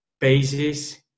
bases